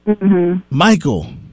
Michael